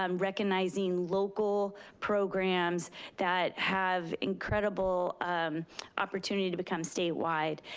um recognizing local programs that have incredible opportunity to become statewide.